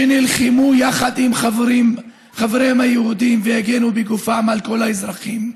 שנלחמו יחד עם חבריהם היהודים והגנו בגופם על כל האזרחים,